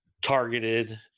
targeted